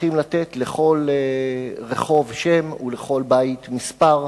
צריכים לתת לכל רחוב שם ולכל בית מספר.